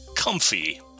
Comfy